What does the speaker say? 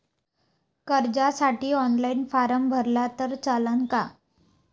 कर्जसाठी online form भरला तर चालन का?